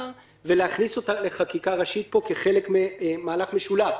ולהכניס אותה לחקיקה ראשית פה כחלק ממהלך משולב.